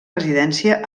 residència